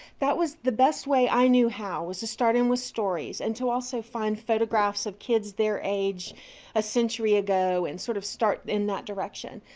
that was the best way i knew how, was to start in with stories and to also find photographs of kids their age a century ago, and sort of start in that direction.